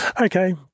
Okay